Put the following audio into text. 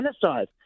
genocide